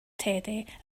teddy